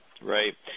Right